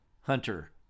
Hunter